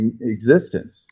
existence